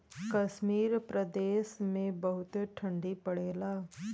कश्मीर प्रदेस मे बहुते ठंडी पड़ेला